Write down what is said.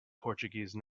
portuguese